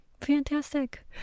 Fantastic